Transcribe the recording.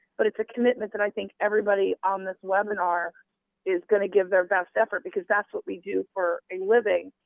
but it's a commitment that i think everybody on this webinar is going to give their best effort. because that's what we do for a living.